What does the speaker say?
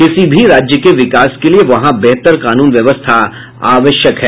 किसी भी राज्य के विकास के लिये वहां बेहतर कानून व्यवस्था आवश्यक है